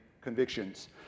convictions